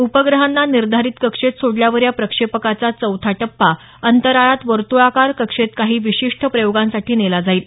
उपग्रहांना निर्धारित कक्षेत सोडल्यावर या प्रक्षेपकाचा चौथा टप्पा अंतराळात वर्तुळाकार कक्षेत काही विशिष्ट प्रयोगांसाठी नेला जाईल